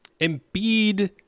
Embiid